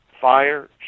fire